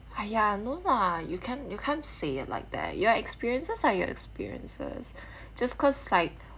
!aiya! no lah you can't you can't say it like that your experiences are your experiences just cause like